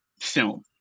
film